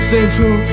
Central